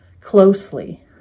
closely